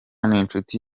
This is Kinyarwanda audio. n’inshuti